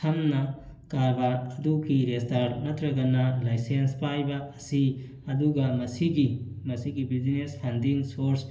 ꯁꯝꯅ ꯀꯥꯔꯕꯥꯔ ꯑꯗꯨꯒꯤ ꯔꯦꯁꯇꯥꯔ ꯅꯠꯇ꯭ꯔꯒꯅ ꯂꯥꯏꯁꯦꯟꯁ ꯄꯥꯏꯕ ꯑꯁꯤ ꯑꯗꯨꯒ ꯃꯁꯤꯒꯤ ꯃꯁꯤꯒꯤ ꯕ꯭ꯌꯨꯖꯤꯅꯦꯁ ꯐꯨꯟꯗꯤꯡ ꯁꯣꯔꯁ